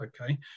Okay